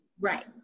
Right